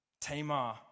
Tamar